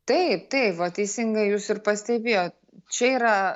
taip taip va teisingai jūs ir pastebėjot čia yra